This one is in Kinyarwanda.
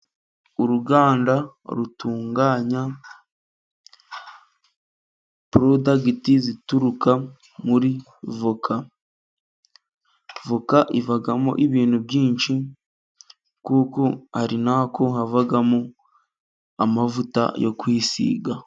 Uruganda rutunganya porodagiti zituruka muri voka, voka ivamo ibintu byinshi, kuko ari nako havamo amavuta yo kwisiga.